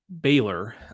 Baylor